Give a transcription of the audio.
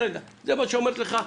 זה מה שהיא אומרת לך,